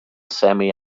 semi